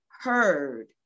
heard